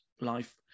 life